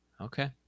Okay